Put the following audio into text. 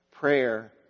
prayer